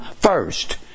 first